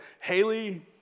Haley